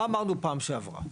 מה אמרנו פעם שעברה?